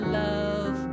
love